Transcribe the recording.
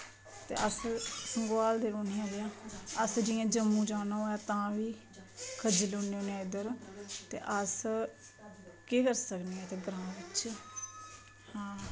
ते अस संगोआल दे रोह्ने आह्ले आं असें जियां जम्मू जाना होऐ तां बी खज्जल होन्ने होन्ने उध्दर ते अस केह् करी सकने इत्थें ग्रांऽ बिच्च